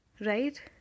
right